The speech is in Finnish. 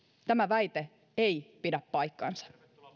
tämä väite ei pidä paikkaansa